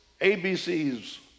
ABC's